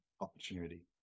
opportunity